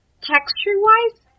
texture-wise